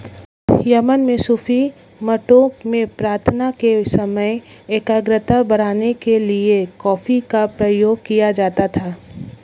Yemen में सूफी मठों में प्रार्थना के समय एकाग्रता बढ़ाने के लिए कॉफी का प्रयोग किया जाता था